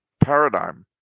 paradigm